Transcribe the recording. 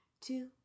two